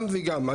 גם וגם.